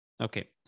Okay